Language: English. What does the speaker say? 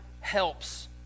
helps